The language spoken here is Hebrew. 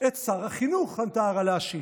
"את שר החינוך", ענתה הרל"שית.